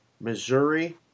Missouri